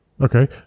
Okay